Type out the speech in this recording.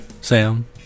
Sam